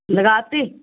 ਲਗਾਤੀ